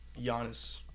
Giannis